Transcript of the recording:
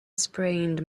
sprained